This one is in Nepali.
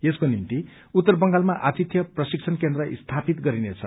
यसको निम्ति उत्तर बंगालमा आतिथ्य प्रशिक्षण केन्द्र स्थापित गरिनेछ